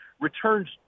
returns